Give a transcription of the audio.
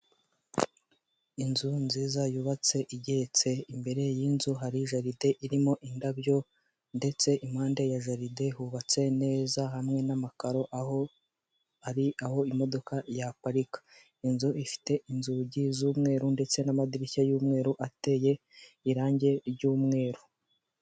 Inzu nziza yubatse igeretse imbere y'inzu hari jaride irimo indabyo ndetse impande ya jaride hubatse neza hamwe n'amakaro aho, ari aho imodoka yaparika inzu ifite inzugi z'umweru ndetse n'amadirishya y'umweru ateye irangi ry'umweru.